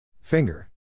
Finger